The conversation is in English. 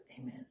Amen